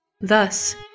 Thus